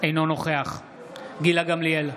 אינו נוכח גילה גמליאל,